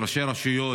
ראשי רשויות,